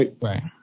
Right